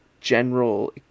general